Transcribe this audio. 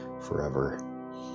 forever